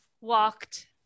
walked